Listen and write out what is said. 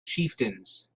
chieftains